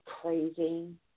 crazy